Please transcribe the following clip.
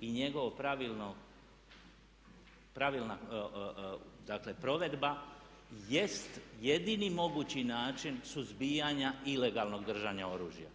i njegova pravilna provedba jest jedini mogući način suzbijanja ilegalnog držanja oružja.